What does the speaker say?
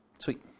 Sweet